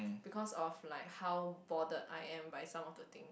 because of like how border I am by some of the things